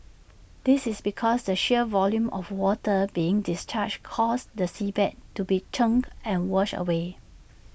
this is because the sheer volume of water being discharged causes the seabed to be churned and washed away